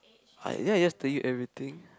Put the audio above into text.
I ya yes to eat everything